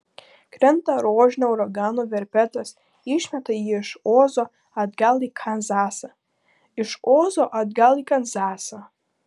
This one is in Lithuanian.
krenta rožinio uragano verpetas išmeta jį iš ozo atgal į kanzasą iš ozo atgal į kanzasą